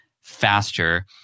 faster